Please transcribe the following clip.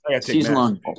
Season-long